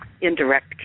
indirect